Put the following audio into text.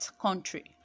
country